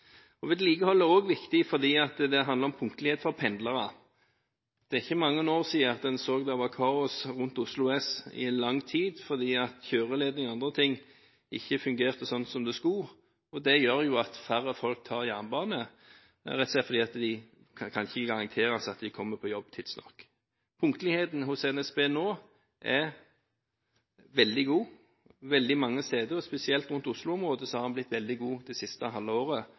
lovet. Vedlikehold er også viktig, for det handler om punktlighet for pendlere. Det er ikke mange år siden det var kaos rundt Oslo S i lang tid fordi kjøreledninger og andre ting ikke fungerte som de skulle. Dette gjør at færre folk tar jernbane, rett og slett fordi det ikke kan garanteres at de kommer på jobb tidsnok. Punktligheten hos NSB er nå veldig god veldig mange steder. Spesielt i Oslo-området er den blitt veldig god det siste